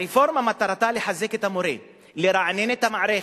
הרפורמה, מטרתה לחזק את המורה, לרענן את המערכת,